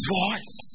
voice